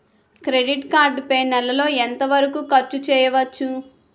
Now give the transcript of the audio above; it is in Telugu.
క్రెడిట్ కార్డ్ పై నెల లో ఎంత వరకూ ఖర్చు చేయవచ్చు?